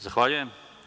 Zahvaljujem.